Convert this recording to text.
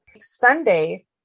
Sunday